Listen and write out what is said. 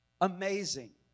Amazing